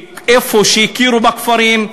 במקום שהכירו בכפרים,